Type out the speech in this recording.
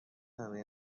همه